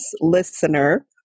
listener